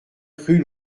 rue